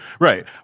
right